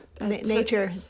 Nature